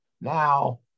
Now